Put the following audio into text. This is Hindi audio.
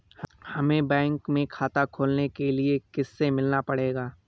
हमे बैंक में खाता खोलने के लिए किससे मिलना पड़ेगा?